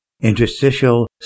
interstitial